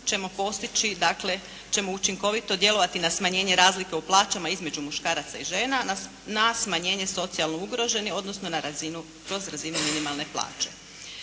ćemo učinkovito djelovati na smanjenje razlike u plaćama između muškaraca i žena, na smanjenje socijalno ugroženih, odnosno kroz razinu minimalne plaće.